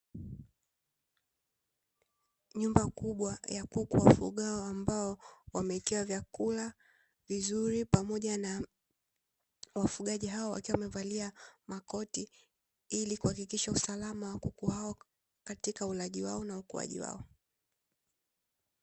Nyumba kubwa ya kuku wafugwao ambao wamewekewa vyakula vizuri pamoja na wafugaji hao wakiwa wamevalia makoti, ili kuhakikisha usalama wa kuku wao katika ulaji wao na ukuaji wao.